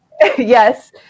Yes